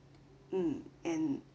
mm and